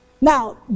Now